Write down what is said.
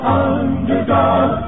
underdog